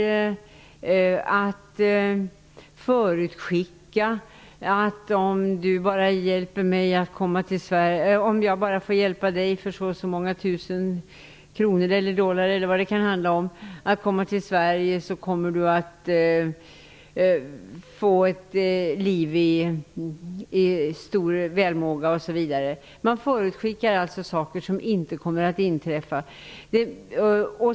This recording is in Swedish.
Man förespeglar människor att de kommer att få ett liv i stor välmåga osv., om man bara får hjälpa dem att komma till Sverige för si och så många tusen kronor. Dessa profitörer förutskickar alltså saker som inte kommer att inträffa.